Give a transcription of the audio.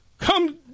come